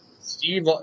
Steve